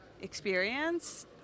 experience